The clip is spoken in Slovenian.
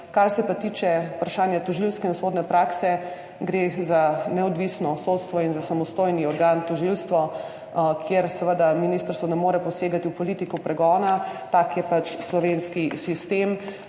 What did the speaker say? Kar se pa tiče vprašanja tožilske in sodne prakse, gre za neodvisno sodstvo in za samostojni organ tožilstva, kjer seveda ministrstvo ne more posegati v politiko pregona. Tak je pač slovenski sistem.